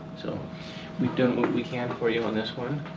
so we've done what we can for you on this one